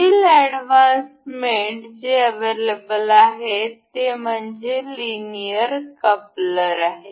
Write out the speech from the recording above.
पुढील advance mate जे available आहेत हे म्हणजे लिनियर कपलर आहे